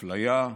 אפליה,